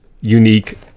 unique